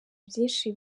byinshi